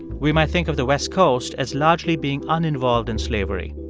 we might think of the west coast as largely being uninvolved in slavery.